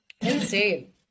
insane